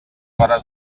hores